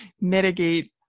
mitigate